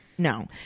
No